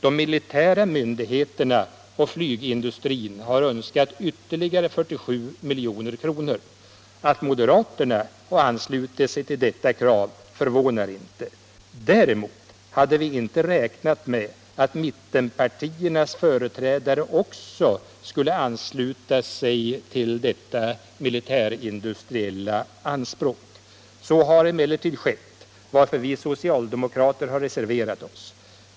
De militära myndigheterna och flygindustrin har önskat ytterligare 47 milj.kr. Att moderaterna har anslutit sig till detta krav förvånar inte. Däremot hade vi inte räknat med att mittenpartiernas företrädare också skulle ansluta sig till detta militärindustriella anspråk. Så har emellertid skett, varför vi socialdemokrater har reserverat oss.